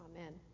Amen